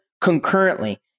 concurrently